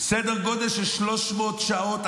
סדר גודל של 300 שעות,